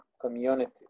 community